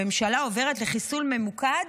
הממשלה עוברת לחיסול ממוקד